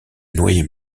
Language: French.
noyer